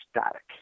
static